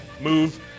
move